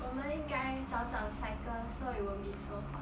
我们应该早早 cycle so it won't be so hot